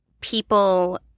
people